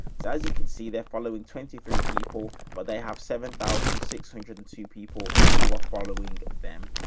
so as you can see, they're following twenty three people, but they have seven thousand six hundred and two people who are following them.